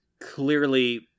clearly